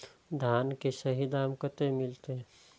धान की सही दाम कते मिलते?